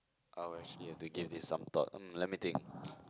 oh actually I've to give this some thought um let me think